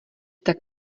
tak